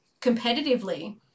competitively